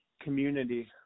Community